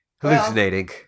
hallucinating